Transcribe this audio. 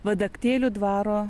vadaktėlių dvaro